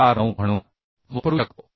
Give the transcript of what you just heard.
49 म्हणून वापरू शकतो